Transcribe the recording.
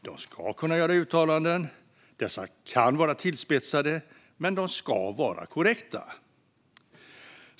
De ska kunna göra uttalanden och dessa kan vara tillspetsade, men de ska vara korrekta.